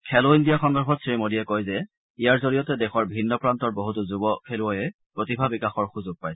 খেলো ইণ্ডিয়া সন্দৰ্ভত শ্ৰীমোদীয়ে কয় যে ইয়াৰ জৰিয়তে দেশৰ ভিন্ন প্ৰান্তৰ বহুতো যুৱ খেলুৱৈয়ে প্ৰতিভা বিকাশৰ সুযোগ পাইছে